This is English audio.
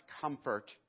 comfort